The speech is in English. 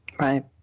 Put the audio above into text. Right